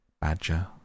badger